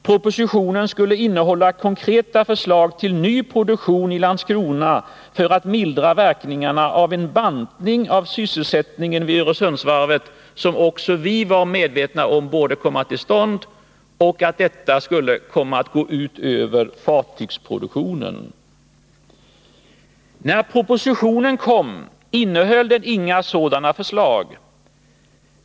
Propositionen skulle innehålla konkreta förslag till ny produktion i Landskrona för att mildra verkningarna av den bantning av sysselsättningen vid Öresundsvarvet som också vi var medvetna om borde komma till stånd och som skulle komma att gå ut över fartygsproduktionen. När propositionen kom, innehöll den inga sådana förslag.